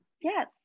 yes